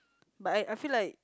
but I I feel like